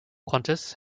qantas